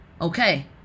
Okay